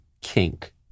kink